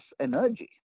energy